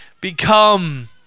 become